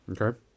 Okay